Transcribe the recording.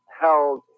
held